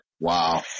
Wow